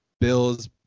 Bills